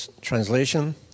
translation